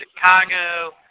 Chicago